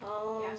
oh